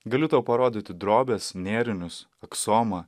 galiu tau parodyti drobes nėrinius aksomą